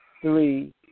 three